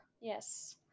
yes